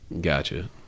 Gotcha